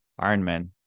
Ironman